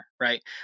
right